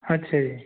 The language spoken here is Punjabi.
ਅੱਛਾ ਜੀ